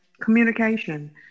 communication